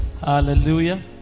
Hallelujah